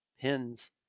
pins